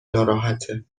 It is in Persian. ناراحته